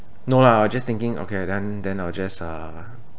no lah I was just thinking okay then then I'll just uh